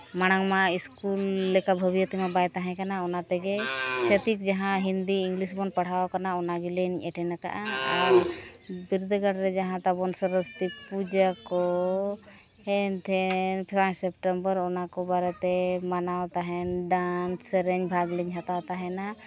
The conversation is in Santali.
ᱢᱟᱲᱟᱝ ᱢᱟ ᱥᱠᱩᱞ ᱞᱮᱠᱟ ᱵᱷᱟᱹᱜᱤᱭᱟᱹᱛ ᱢᱟ ᱵᱟᱭ ᱛᱟᱦᱮᱸ ᱠᱟᱱᱟ ᱚᱱᱟ ᱛᱮᱜᱮ ᱪᱷᱟᱹᱛᱤᱠ ᱡᱟᱦᱟᱸ ᱦᱤᱱᱫᱤ ᱤᱝᱞᱤᱥ ᱵᱚᱱ ᱯᱟᱲᱦᱟᱣ ᱠᱟᱱᱟ ᱚᱱᱟ ᱜᱮᱞᱤᱧ ᱮᱴᱮᱱᱰ ᱟᱠᱟᱫᱼᱟ ᱟᱨ ᱵᱤᱨᱫᱟᱹᱜᱟᱲ ᱨᱮ ᱡᱟᱦᱟᱸ ᱛᱟᱵᱚᱱ ᱥᱚᱨᱚᱥᱚᱛᱤ ᱯᱩᱡᱟᱹ ᱠᱚ ᱦᱮᱱ ᱛᱷᱮᱱ ᱯᱟᱸᱪ ᱥᱮᱯᱴᱮᱢᱵᱚᱨ ᱚᱱᱟ ᱠᱚ ᱵᱟᱨᱮ ᱛᱮ ᱢᱟᱱᱟᱣ ᱛᱟᱦᱮᱸᱫ ᱰᱟᱱᱥ ᱥᱮᱨᱮᱧ ᱵᱷᱟᱜᱽ ᱞᱤᱧ ᱦᱟᱛᱟᱣ ᱛᱟᱦᱮᱱᱟ